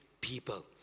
people